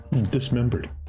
Dismembered